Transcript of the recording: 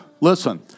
Listen